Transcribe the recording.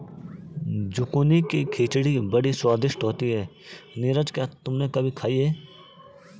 Zucchini की खिचड़ी बड़ी स्वादिष्ट होती है नीरज क्या तुमने कभी खाई है?